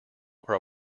are